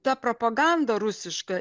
ta propaganda rusiška